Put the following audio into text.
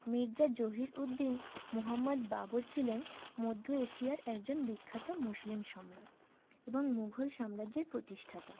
মির্জা জহিরউদ্দিন মহম্মদ বাবর ছিলেন মধ্য এশিয়ার একজন বিখ্যাত মুসলিম সম্রাট এবং মুঘল সাম্রাজ্যের প্রতিষ্ঠাতা